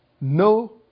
no